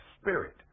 spirit